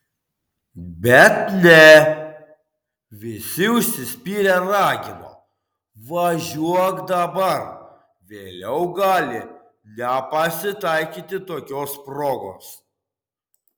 bet ne visi užsispyrę ragino važiuok dabar vėliau gali nepasitaikyti tokios progos